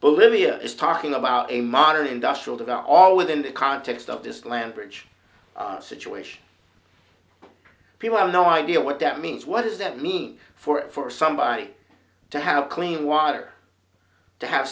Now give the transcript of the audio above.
libya is talking about a modern industrial devout all within the context of this land bridge situation people have no idea what that means what does that mean for for somebody to have clean water to have